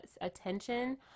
attention